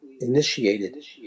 initiated